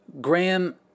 Graham